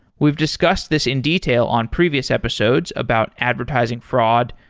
we've discussed this in detail on previous episodes about advertising fraud,